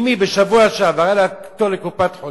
אמי, בשבוע שעבר, היה לה תור לקופת-חולים.